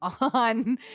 on